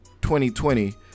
2020